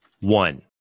one